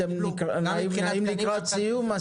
אתם לקראת סיום,